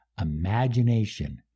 Imagination